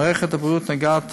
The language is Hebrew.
מערכת הבריאות נוגעת